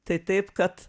tai taip kad